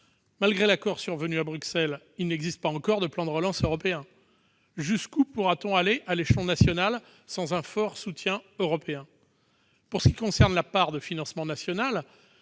Malgré l'accord survenu à Bruxelles, il n'existe pas encore de plan européen de relance ; jusqu'où pourra-t-on aller, à l'échelon national, sans un fort soutien européen ? Pour ce qui concerne la part de financement national,